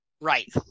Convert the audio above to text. Right